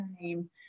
name